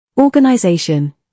Organization